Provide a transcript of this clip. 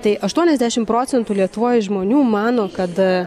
tai aštuoniasdešimt procentų lietuvoj žmonių mano kad